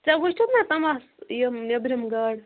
ژےٚ وُچھتھس نا تِم آسہٕ یم نیٚبرِم گاڈٕ